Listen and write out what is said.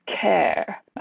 care